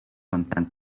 content